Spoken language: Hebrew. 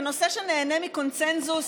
זה נושא שנהנה מקונסנזוס